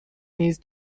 نیز